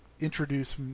introduce